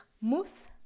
muss